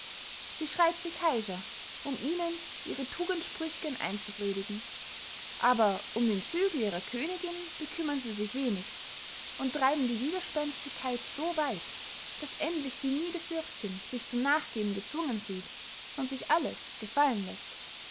sie schreyt sich heischer um ihnen ihre tugendsprüchgen einzupredigen aber um den zügel ihrer königinn bekümmern sie sich wenig und treiben die widerspenstigkeit so weit daß endlich die müde fürstin sich zum nachgeben gezwungen sieht und sich alles gefallen läßt